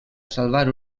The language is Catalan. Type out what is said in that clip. salvar